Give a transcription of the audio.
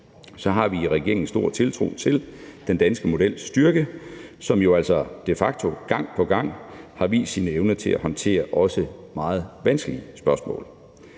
har vi i regeringen stor tiltro til den danske models styrke, som jo altså de facto gang på gang har vist sine evner til at håndtere også meget vanskelige spørgsmål.